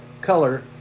color